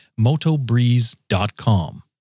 Motobreeze.com